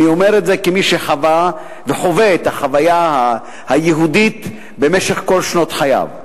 אני אומר את זה כמי שחווה וחווה את החוויה היהודית במשך כל שנות חייו.